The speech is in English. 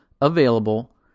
available